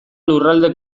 lurralde